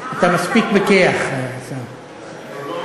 אתה מספיק פיקח, עיסאווי.